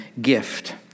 gift